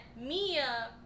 Mia